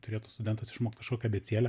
turėtų studentas išmokt kažkokią abėcėlę